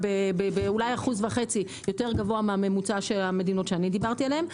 אולי באחוז וחצי יותר גבוה מהממוצע של המדינות שאני דיברתי עליהן.